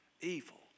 evil